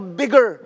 bigger